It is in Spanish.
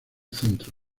centro